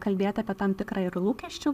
kalbėti apie tam tikrą ir lūkesčių